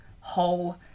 whole